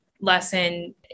lesson